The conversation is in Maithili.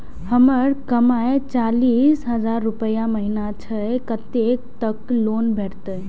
हमर कमाय चालीस हजार रूपया महिना छै कतैक तक लोन भेटते?